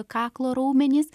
kaklo raumenys